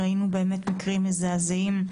לאחרונה ראינו מקרים מזעזעים.